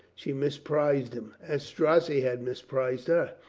she misprized him, as strozzi had misprized her.